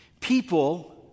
People